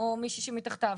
או מישהי שמתחתיו.